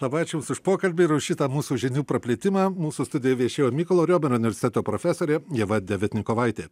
labai ačiū jums už pokalbį ir už šitą mūsų žinių praplėtimą mūsų studijoj viešėjo mykolo riomerio universiteto profesorė ieva deviatnikovaitė